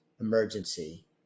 emergency